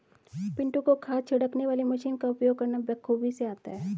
पिंटू को खाद छिड़कने वाली मशीन का उपयोग करना बेखूबी से आता है